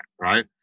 right